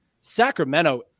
Sacramento